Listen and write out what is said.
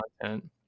content